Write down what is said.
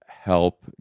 help